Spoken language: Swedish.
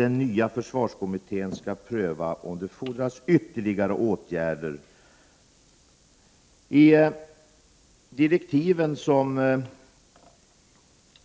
Den nya försvarskommittén skall pröva om det erfordras ytterligare åtgärder. I direktiven som